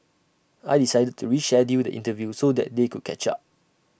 I decided to reschedule the interview so that they could catch up